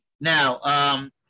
now